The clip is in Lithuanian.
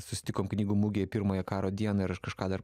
susitikom knygų mugėj pirmąją karo dieną ir aš kažką dar